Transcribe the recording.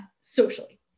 socially